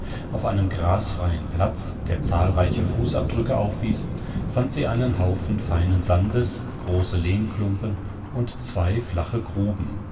auf einem grasfreien platz der zahlreiche fußabdrücke aufwies fand sie einen haufen feinen sandes große lehmklumpen und zwei flache gruben